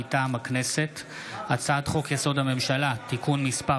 מטעם הכנסת: הצעת חוק-יסוד: הממשלה (תיקון מס'